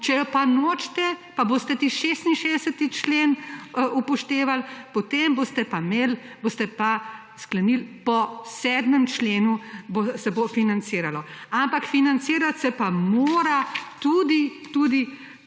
je pa nočete, pa boste tisti 66. člen upoštevali, potem boste pa sklenili, po 7. členu se bo financiralo. Ampak financirati se pa mora tudi